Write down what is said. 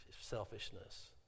selfishness